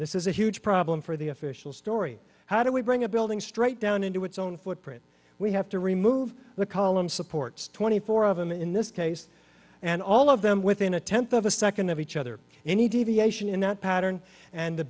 this is a huge problem for the official story how do we bring a building straight down into its own footprint we have to remove the columns supports twenty four of them in this case and all of them within a tenth of a second of each other any deviation in that pattern and the